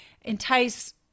entice